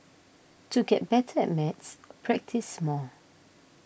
to get better at maths practise more